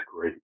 great